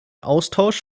austausch